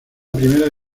primera